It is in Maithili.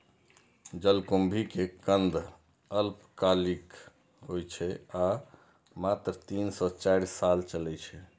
जलकुंभी के कंद अल्पकालिक होइ छै आ मात्र तीन सं चारि साल चलै छै